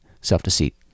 self-deceit